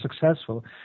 successful